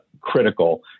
critical